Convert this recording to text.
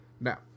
now